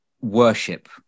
worship